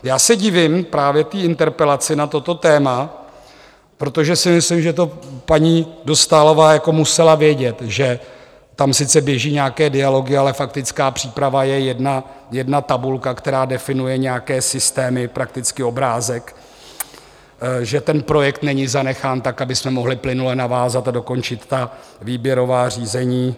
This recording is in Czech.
Já se divím právě té interpelaci na toto téma, protože si myslím, že to paní Dostálová musela vědět, že tam sice běží nějaké dialogy, ale faktická příprava je jedna tabulka, která definuje nějaké systémy, prakticky obrázek, že ten projekt není zanechán tak, abychom mohli plynule navázat a dokončit ta výběrová řízení.